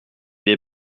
des